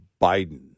Biden